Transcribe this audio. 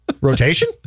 Rotation